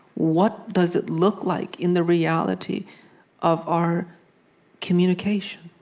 what does it look like in the reality of our communication,